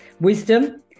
wisdom